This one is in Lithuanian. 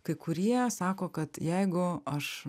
kai kurie sako kad jeigu aš